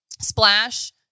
Splash